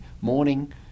morning